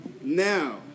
Now